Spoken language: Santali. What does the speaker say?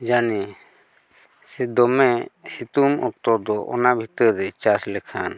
ᱡᱟᱱᱤ ᱥᱮ ᱫᱚᱢᱮ ᱥᱤᱛᱩᱝ ᱚᱠᱛᱚ ᱫᱚ ᱚᱱᱟ ᱵᱷᱤᱛᱟᱹᱨ ᱨᱮ ᱪᱟᱥ ᱞᱮᱠᱷᱟᱱ